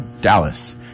Dallas